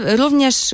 również